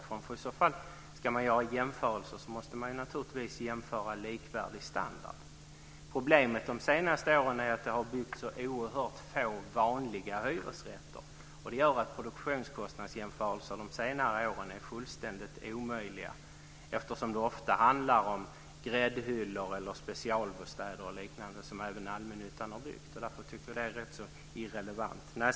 Om man ska göra jämförelser måste man naturligtvis i så fall jämföra likvärdig standard. Problemet de senaste åren har varit att det har byggts så oerhört få vanliga hyresrätter, och det gör att produktionskostnadsjämförelser de senare åren är fullständigt omöjliga. Ofta handlar det om gräddhyllor eller specialbostäder och liknande som även allmännyttan har byggt. Därför tycker vi att det är rätt så irrelevant.